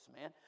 man